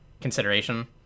consideration